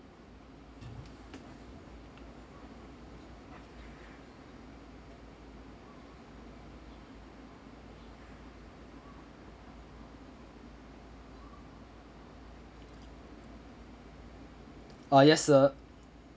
ah yes sir